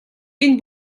энэ